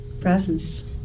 presence